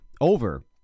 over